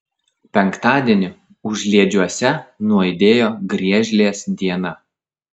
penktadienį užliedžiuose nuaidėjo griežlės diena